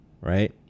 Right